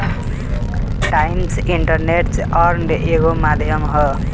times interest earned एगो माध्यम ह